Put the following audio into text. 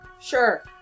Sure